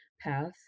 paths